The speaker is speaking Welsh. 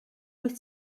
wyt